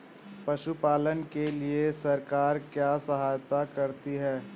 पशु पालन के लिए सरकार क्या सहायता करती है?